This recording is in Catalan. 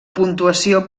puntuació